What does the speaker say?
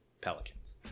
Pelicans